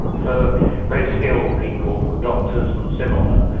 for for very skilled people, doctors and similar,